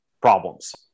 problems